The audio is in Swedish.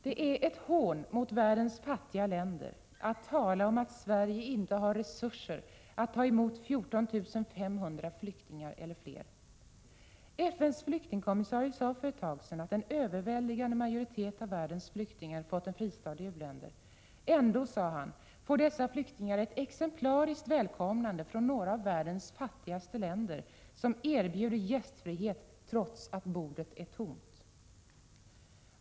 Det är ett hån mot världens fattiga länder att tala om att Sverige inte har resurser att ta emot 14 500 flyktingar eller fler. FN:s flyktingkommissarie sade för ett tag sedan att en överväldigande majoritet av världens flyktingar fått en fristad i u-länder. Ändå, sade han, får dessa flyktingar ett exemplariskt välkomnande av några av världens fattigaste länder, som erbjuder gästfrihet trots att bordet är tomt.